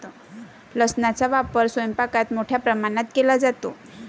लसणाचा वापर स्वयंपाकात मोठ्या प्रमाणावर केला जातो